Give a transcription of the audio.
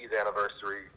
anniversary